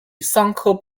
桑科